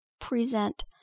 present